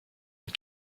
une